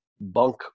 bunk